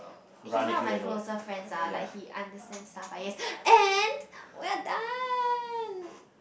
he's one of my closer friends ah like he understands stuff I guess and we're done